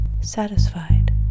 satisfied